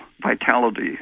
vitality